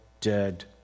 dead